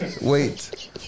wait